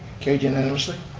carried unanimously.